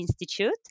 Institute